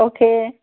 okay